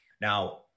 Now